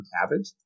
Cabbage